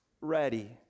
ready